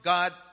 God